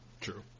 True